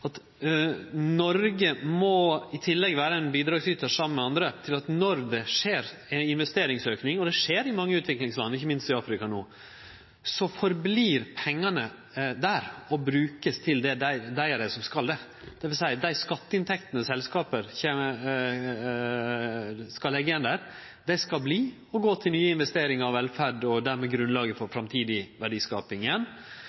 at Noreg i tillegg vere må ein bidragsytar, saman med andre, til at når det skjer ei investeringsauke – og det skjer i mange utviklingsland no, ikkje minst i Afrika – blir pengane verande der og brukte til det eller dei dei skal brukast til. Det vil seie at dei skatteinntektene selskap skal leggje igjen der, skal bli verande og gå til investeringar, velferd og danne grunnlag for